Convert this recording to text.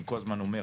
אני כל הזמן אומר,